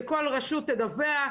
שכל רשות תדווח,